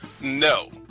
no